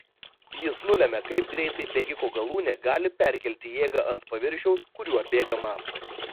jis nulemia kaip greitai bėgiko galūnė gali perkelti jėgą ant paviršiaus kuriuo bėgama